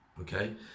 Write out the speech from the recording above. okay